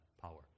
power